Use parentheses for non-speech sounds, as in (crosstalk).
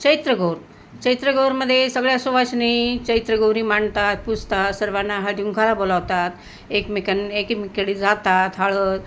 चैत्र गौर चैत्रगौरमध्ये सगळ्या सुवासिनी चैत्रगौरी मांडतात पुजतात सर्वांना (unintelligible) बोलावतात एकमेक एकमेकांकडे जातात हळद